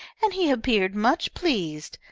and he appeared much pleased.